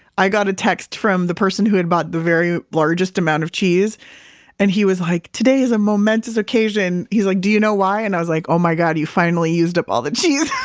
i got a text from the person who had bought the very largest amount of cheese and he was like, today is a momentous occasion, he's like, do you know why? and i was like, oh my god, you finally used up all the cheese.